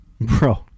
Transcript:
Bro